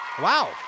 wow